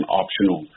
optional